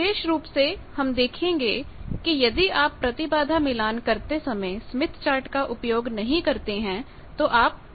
विशेष रूप से हम देखेंगे कि यदि आप प्रतिबाधा मिलान करते समय स्मिथ चार्ट का उपयोग नहीं करते हैं तो आप मुश्किल में पड़ जाएंगे